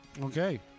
Okay